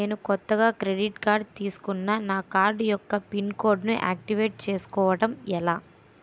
నేను కొత్తగా credit card తిస్కున్నా నా కార్డ్ యెక్క పిన్ కోడ్ ను ఆక్టివేట్ చేసుకోవటం ఎలా?